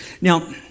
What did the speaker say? Now